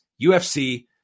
UFC